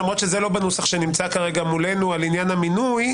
למרות שזה לא בנוסח שנמצא כרגע מולנו על עניין המינוי.